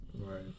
right